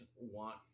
want